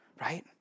right